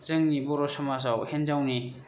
जोंनि बर' समाजाव हिनजावनि